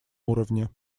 уровне